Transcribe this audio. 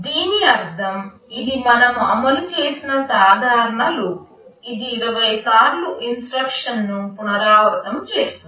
దీని అర్థం ఇది మనము అమలు చేసిన సాధారణ లూప్ ఇది 20 సార్లు ఇన్స్ట్రక్షన్లను పునరావృతం చేస్తుంది